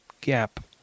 gap